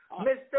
Mr